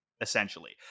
essentially